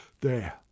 There